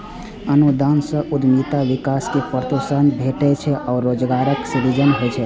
अनुदान सं उद्यमिता विकास कें प्रोत्साहन भेटै छै आ रोजगारक सृजन होइ छै